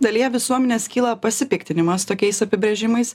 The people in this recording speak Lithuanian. dalyje visuomenės kyla pasipiktinimas tokiais apibrėžimais